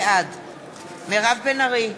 בעד מירב בן ארי,